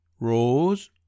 rose